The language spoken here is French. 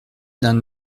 d’un